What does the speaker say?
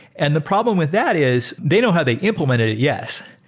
and the problem with that is they know how they implemented, yes,